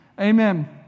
Amen